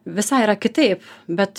visai yra kitaip bet